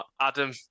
Adam